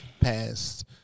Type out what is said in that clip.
passed